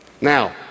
Now